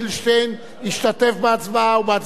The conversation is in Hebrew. ובהצבעה הקודמת הצביע נגד.